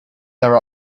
there